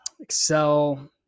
Excel